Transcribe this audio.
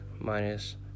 minus